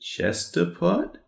Chesterpot